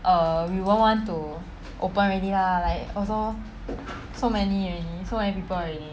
err we won't want to open already lah like also so many already so many people already